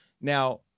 Now